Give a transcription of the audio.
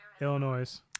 Illinois